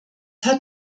hat